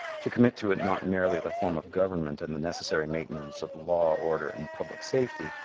to commit to it not merely the form of government and the necessary maintenance of law, order and public safety,